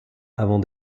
avant